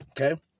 Okay